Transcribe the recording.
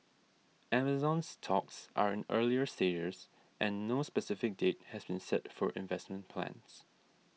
Amazon's talks are in earlier stages and no specific date has been set for investment plans